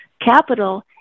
capital